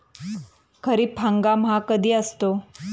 खरीप हंगाम हा कधी असतो?